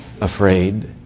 afraid